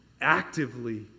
actively